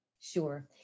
Sure